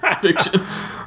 fictions